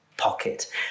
pocket